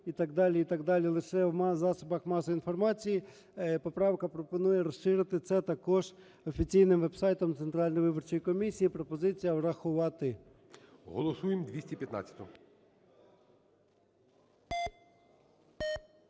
і так далі, і так далі. Лише в засобах масової інформації поправка пропонує розширити це також офіційним веб-сайтом Центральної виборчої комісії. Пропозиція врахувати. ГОЛОВУЮЧИЙ.